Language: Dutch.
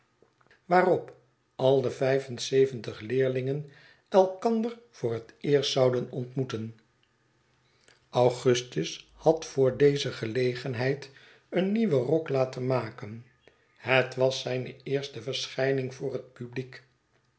waarop al de vijf en zeventig leerlingen elkander voor het eerst zouden ontmoeten augustus had voor deze gelegenkale heeren ill heid een nieuwen rok laten maken het was zljne eerste verschijning voor het publiek